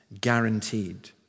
guaranteed